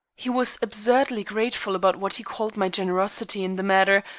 he was absurdly grateful about what he called my generosity in the matter,